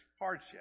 hardship